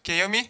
can hear me